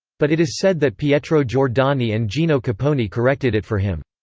but it is said that pietro giordani and gino capponi corrected it for him.